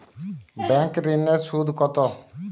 Bank ঋন এর সুদ কত?